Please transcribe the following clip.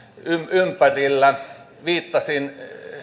ympärillä viittasin